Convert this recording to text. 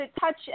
touch